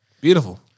Beautiful